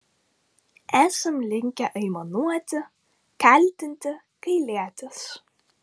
esam linkę aimanuoti kaltinti gailėtis